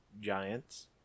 giants